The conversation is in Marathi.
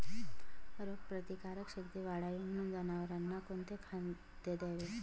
रोगप्रतिकारक शक्ती वाढावी म्हणून जनावरांना कोणते खाद्य द्यावे?